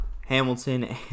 Hamilton